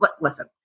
listen